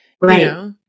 right